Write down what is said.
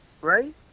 right